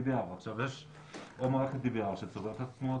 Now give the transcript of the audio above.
אנחנו חשבנו שאו שנדרשות הגבלות מאוד-מאוד משמעותיות